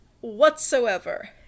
whatsoever